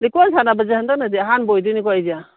ꯂꯤꯛꯀꯣꯟ ꯁꯥꯟꯅꯕꯁꯦ ꯍꯟꯗꯛꯅꯗꯤ ꯑꯍꯥꯟꯕ ꯑꯣꯏꯒꯗꯣꯏꯅꯤꯀꯣ ꯑꯩꯁꯦ